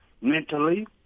mentally